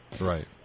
Right